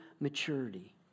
maturity